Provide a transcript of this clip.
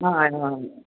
हय हय